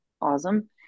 awesome